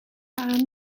aan